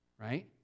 right